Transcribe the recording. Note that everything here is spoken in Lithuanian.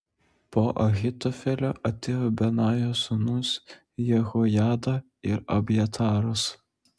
po ahitofelio atėjo benajo sūnus jehojada ir abjataras